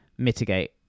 mitigate